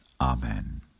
Amen